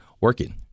working